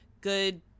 good